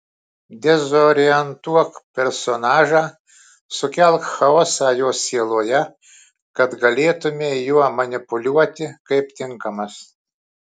dezorientuok personažą sukelk chaosą jo sieloje kad galėtumei juo manipuliuoti kaip tinkamas